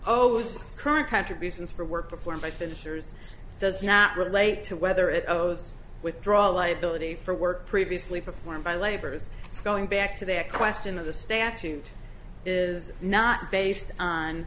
suppose current contributions for work performed by finishers does not relate to whether it owes withdraw liability for work previously performed by labor's going back to their question of the statute is not based on